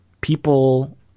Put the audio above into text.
people